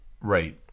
right